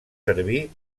servir